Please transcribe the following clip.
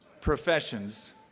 professions